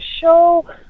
show